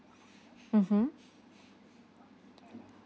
mmhmm